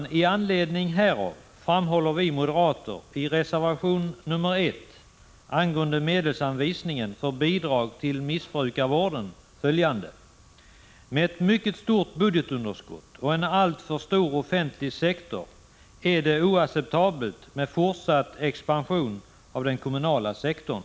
Av den anledningen framhåller vi moderater i reservation nr 1 angående medelsanvisning för bidrag till missbrukarvård: ”Med ett mycket stort budgetunderskott och en alltför stor offentlig sektor är det enligt utskottets mening oacceptabelt med fortsatt expansion av den kommunala sektorn.